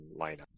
lineup